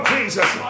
Jesus